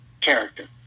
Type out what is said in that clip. character